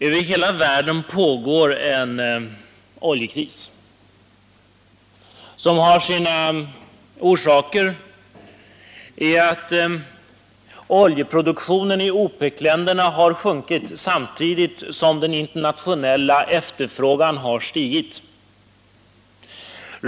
Över hela världen pågår en oljekris som har sina orsaker i att oljeproduktionen i OPEC-länderna har sjunkit samtidigt som den internationella efterfrågan har stigit.